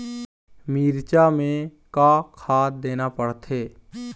मिरचा मे का खाद देना पड़थे?